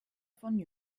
von